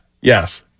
Yes